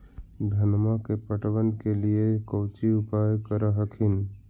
धनमा के पटबन के लिये कौची उपाय कर हखिन?